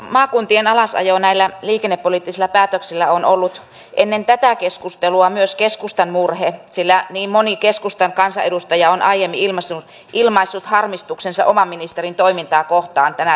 maakuntien alasajo näillä liikennepoliittisilla päätöksillä on ollut ennen tätä keskustelua myös keskustan murhe sillä niin moni keskustan kansanedustaja on aiemmin ilmaissut harmistuksensa oman ministerin toimintaa kohtaan tänä syksynä